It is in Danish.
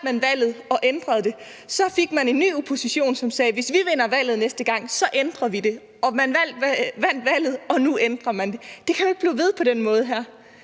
man valget og ændrede det. Så fik man en ny opposition, som sagde: Hvis vi vinder valget næste gang, ændrer vi det. Man vandt valget, og nu ændrer man det. Det kan jo ikke blive ved på den måde her.